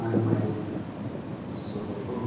अनि मैले सोधेको